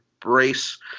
brace